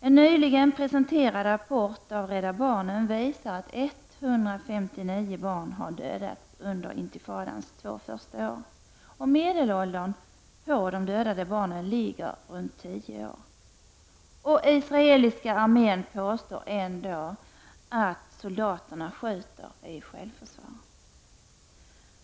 En nyligen presenterad rapport av Rädda barnen visar att 159 barn har dödats under intifadans två första år. Medelåldern på de dödade barnen ligger på tio år. Israeliska armén påstår att soldaterna skjuter i självförsvar.